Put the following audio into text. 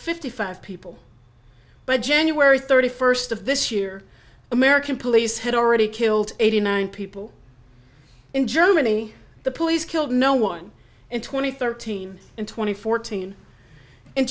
fifty five people by january thirty first of this year american police had already killed eighty nine people in germany the police killed no one in twenty thirteen and twenty fourteen